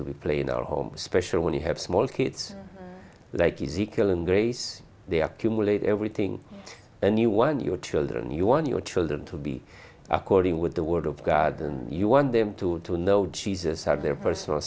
that we play in our home especially when you have small kids like easy kill and grace they accumulate everything and you want your children you want your children to be according with the word of god and you want them to to know jesus as their personal